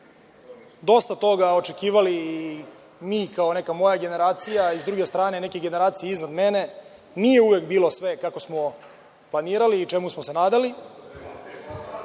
dosta toga očekivali mi, kao neka moja generacija, i, sa druge strane, neke generacije iznad mene. Nije uvek bilo sve kako smo planirali i čemu smo se nadali,